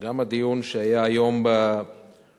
גם הדיון שהיה היום בכנסת,